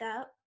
up